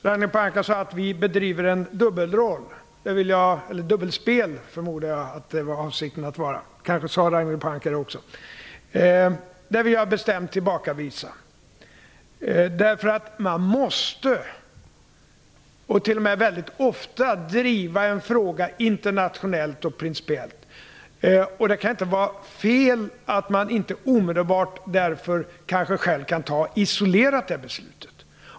Ragnhild Pohanka sade att vi bedriver en dubbelroll - jag förmodar att avsikten var att säga dubbelspel, och kanske sade Ragnhild Pohanka också så. Där vill jag bestämt tillbakavisa, därför att man måste, t.o.m. väldigt ofta, driva en fråga internationellt och principiellt. Det kan inte vara fel att man därför kanske inte själv isolerat omedelbart kan ta det här beslutet.